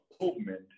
movement